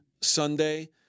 Sunday